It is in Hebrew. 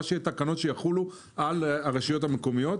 שיהיו תקנות שיחולו על הרשויות המקומיות,